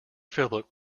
philip